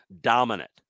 Dominant